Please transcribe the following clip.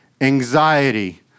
anxiety